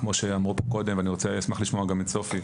כמו שאמרו פה קודם, אני אשמח לשמוע גם את סופי,